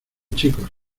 chicos